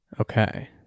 Okay